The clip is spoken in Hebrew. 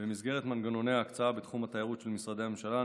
במסגרת מנגנוני ההקצאה בתחום התיירות של משרדי הממשלה.